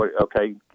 okay